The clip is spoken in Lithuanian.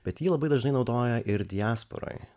bet jį labai dažnai naudoja ir diasporai